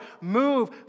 move